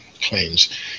claims